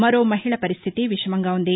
మరో మహిళ పరిస్లితి విషమంగా ఉంది